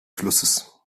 flusses